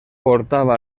portava